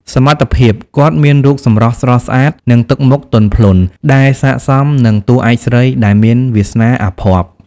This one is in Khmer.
សមត្ថភាព គាត់មានរូបសម្រស់ស្រស់ស្អាតនិងទឹកមុខទន់ភ្លន់ ដែលស័ក្តិសមនឹងតួឯកស្រីដែលមានវាសនាអភ័ព្វ។